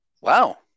Wow